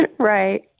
Right